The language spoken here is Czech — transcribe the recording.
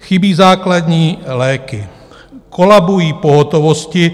Chybí základní léky, kolabují pohotovosti.